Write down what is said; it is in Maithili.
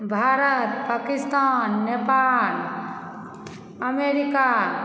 भारत पाकिस्तान नेपाल अमेरिका